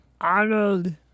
Arnold